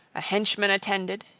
a henchman attended,